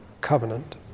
covenant